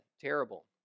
Terrible